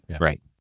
right